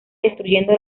destruyendo